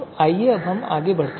आइए अब हम आगे बढ़ते हैं